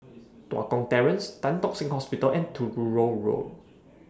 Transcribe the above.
Tua Kong Terrace Tan Tock Seng Hospital and Truro Road